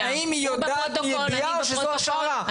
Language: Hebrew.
האם היא יודעת מידיעה או שזו השערה.